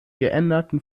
geänderten